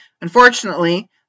Unfortunately